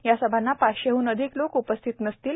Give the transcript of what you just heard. या सभांना पाचशेहन अधिक लोक उपस्थित नसतील